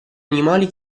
animali